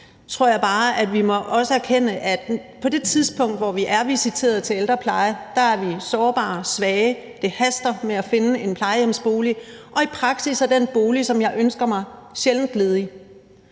at vi også må erkende, at vi på det tidspunkt, hvor vi er visiteret til ældrepleje, er sårbare og svage; det haster med at finde en plejehjemsbolig, og i praksis er den bolig, som man ønsker sig, sjældent ledig.